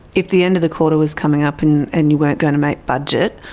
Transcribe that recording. if the end of the quarter was coming up and and you weren't going to make budget,